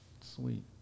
Sweet